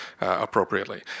appropriately